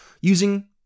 using